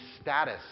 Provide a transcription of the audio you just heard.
status